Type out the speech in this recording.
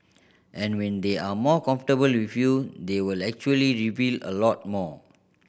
and when they are more comfortable with you they will actually reveal a lot more